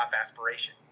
aspiration